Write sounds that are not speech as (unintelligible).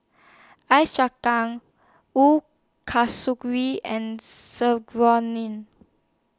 Ice (unintelligible) Kasturi and Serunding